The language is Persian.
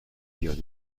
بیاد